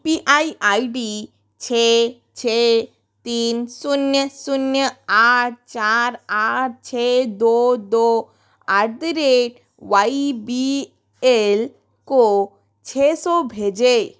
you P I I D छः छः तीन शून्य शून्य आठ चार आठ छः दो दो at the rate Y B L को छः सौ भेजें